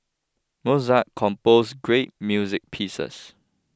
Mozart composed great music pieces